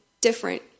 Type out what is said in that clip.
different